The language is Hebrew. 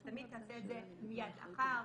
אתה תמיד תעשה את זה מייד לאחר,